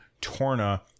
torna